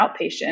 outpatient